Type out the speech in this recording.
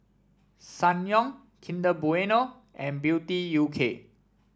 Ssangyong Kinder Bueno and Beauty U K